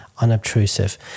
Unobtrusive